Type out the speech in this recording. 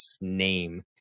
name